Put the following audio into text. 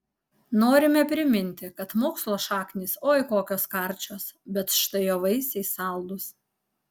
norime priminti kad mokslo šaknys oi kokios karčios bet štai jo vaisiai saldūs